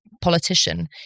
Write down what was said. politician